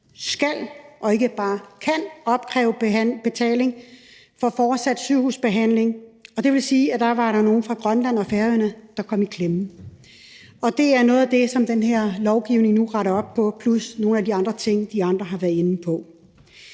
skal og ikke bare kan opkræve betaling for fortsat sygehusbehandling, og det vil sige, at der var nogen fra Grønland og Færøerne, der kom i klemme. Det er noget af det, som den her lovgivning nu retter op på, plus nogle af de andre ting, de andre har været inde på.